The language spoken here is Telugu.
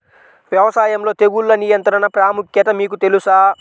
వ్యవసాయంలో తెగుళ్ల నియంత్రణ ప్రాముఖ్యత మీకు తెలుసా?